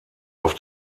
auf